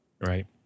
right